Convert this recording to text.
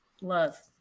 love